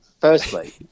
firstly